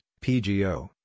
PGO